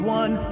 one